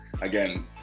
Again